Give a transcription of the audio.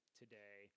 today